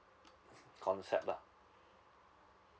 concept lah